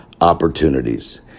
opportunities